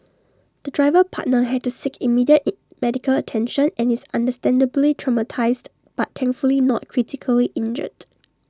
the driver partner had to seek immediate in medical attention and is understandably traumatised but thankfully not critically injured